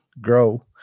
grow